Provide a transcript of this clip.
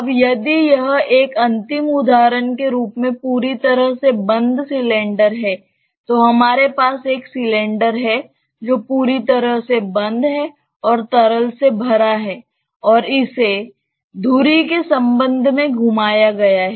अब यदि यह एक अंतिम उदाहरण के रूप में पूरी तरह से बंद सिलेंडर है तो हमारे पास एक सिलेंडर है जो पूरी तरह से बंद है और तरल से भरा है और इसे धुरी के संबंध में घुमाया गया है